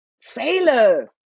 sailor